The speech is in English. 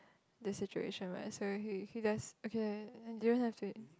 the situation where so he he doesn't okay you don't have to do it